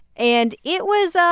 and it was,